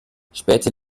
später